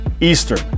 Eastern